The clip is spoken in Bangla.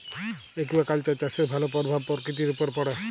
একুয়াকালচার চাষের ভালো পরভাব পরকিতির উপরে পড়ে